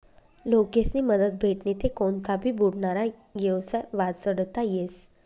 लोकेस्नी मदत भेटनी ते कोनता भी बुडनारा येवसाय वाचडता येस